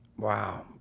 Wow